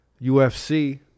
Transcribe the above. UFC